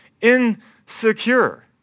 insecure